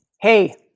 Hey